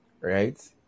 right